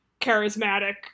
charismatic